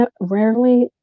rarely